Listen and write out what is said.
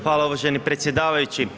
Hvala uvaženi predsjedavajući.